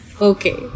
Okay